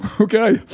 okay